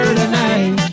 tonight